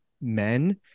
men